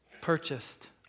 purchased